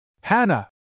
Hannah